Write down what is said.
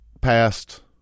past